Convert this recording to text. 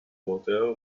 water